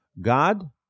God